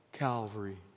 Calvary